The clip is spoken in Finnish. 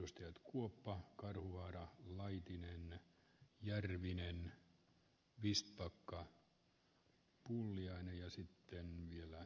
jos työt kuoppa caruana laitinen ja pitäisi sieltä katsoa vähän esimerkkiä